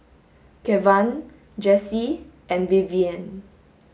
Kevan Jessee and Vivienne